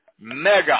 mega